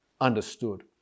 Understood